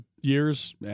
years